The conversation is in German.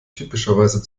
typischerweise